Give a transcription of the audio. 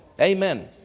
Amen